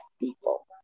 people